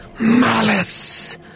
malice